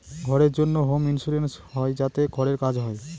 ঘরের জন্য home insurance হয় যাতে ঘরের কাজ হয়